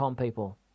people